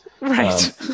Right